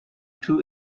two